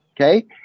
okay